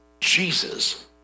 Jesus